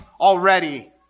already